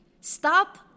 Stop